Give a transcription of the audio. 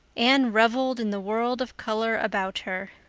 anne reveled in the world of color about her.